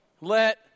let